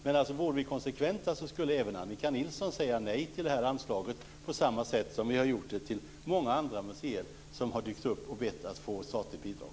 Men vore vi konsekventa skulle även Annika Nilsson säga nej till det här anslaget, på samma sätt som vi har sagt nej till många andra museer som har dykt upp och bett att få statligt bidrag.